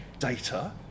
data